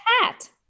hat